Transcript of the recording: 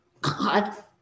God